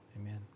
amen